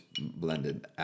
blended